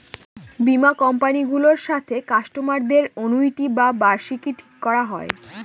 বীমা কোম্পানি গুলোর সাথে কাস্টমারদের অনুইটি বা বার্ষিকী ঠিক করা হয়